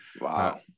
wow